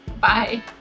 bye